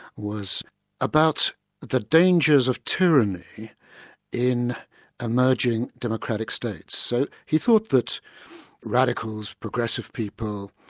was about the dangers of tyranny in emerging democratic states, so he thought that radicals, progressive people,